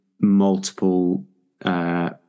multiple